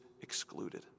excluded